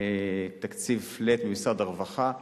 flat מתקציב משרד הרווחה,